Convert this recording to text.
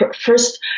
first